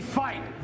fight